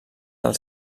del